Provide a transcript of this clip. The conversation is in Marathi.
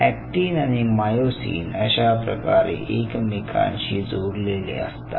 अॅक्टिन आणि मायोसिन अशाप्रकारे एकमेकांशी जोडलेले असतात